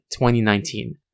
2019